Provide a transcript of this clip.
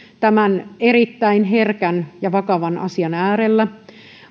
tämän erittäin herkän ja vakavan asian äärellä